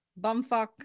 bumfuck